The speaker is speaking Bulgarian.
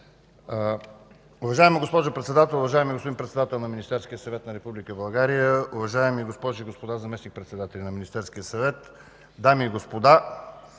Уважаема госпожо Председател, уважаеми господин Председател на Министерския съвет на Република България, уважаеми госпожи и господа заместник-председатели на Министерския съвет, дами и господа!